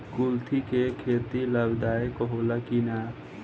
कुलथी के खेती लाभदायक होला कि न?